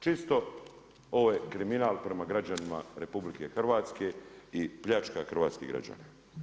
Čisto ovo je kriminal prema građanima RH i pljačka hrvatskih građana.